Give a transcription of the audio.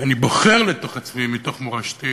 ואני בוחר לעצמי מתוך מורשתי